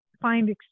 find